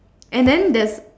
and then there's